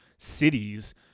Cities